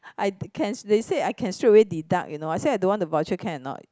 I can they say I can straight away deduct you know I say I don't want the voucher can or not